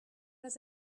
does